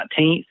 19th